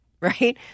right